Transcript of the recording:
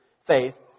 faith